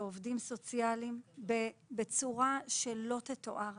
של עובדים סוציאליים בצורה שלא תתואר,